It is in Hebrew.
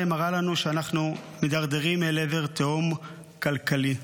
מראה לנו שאנחנו מידרדרים אל עבר תהום כלכלית.